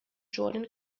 jordan